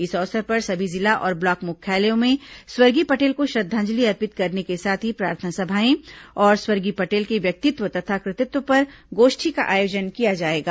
इस अवसर पर सभी जिला और ब्लॉक मुख्यालयों में स्वर्गीय पटेल को श्रद्वांजलि अर्पित करने के साथ ही प्रार्थना सभाएं और स्वर्गीय पटेल के व्यक्तित्व तथा कृतित्व पर गोष्ठी का आयोजन किया जाएगा